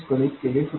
connect केले होते